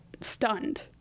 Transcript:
stunned